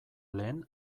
lehen